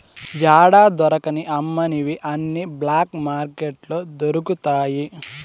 యాడా దొరకని అమ్మనివి అన్ని బ్లాక్ మార్కెట్లో దొరుకుతాయి